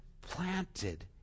planted